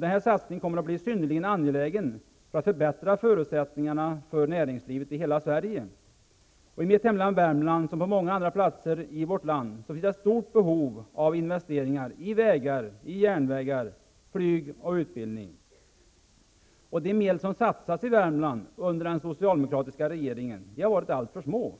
Denna satsning kommer att bli synnerligen angelägen när det gäller att förbättra förutsättningarna för näringslivet i hela Sverige. I mitt hemlän Värmland, som på många andra platser i vårt land, finns det ett stort behov av investeringar i vägar, järnvägar, flyg och utbildning. De medel som satsas i Värmland under den socialdemokratiska regeringen har varit alltför små.